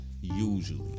Usually